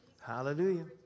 Hallelujah